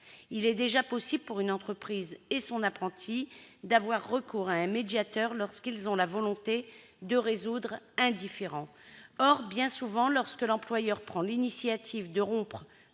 Il est déjà possible pour une entreprise et son apprenti d'avoir recours à un médiateur lorsqu'ils ont la volonté de résoudre un différend. Or, bien souvent, lorsque l'employeur prend l'initiative de rompre